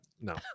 no